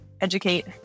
educate